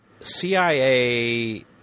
cia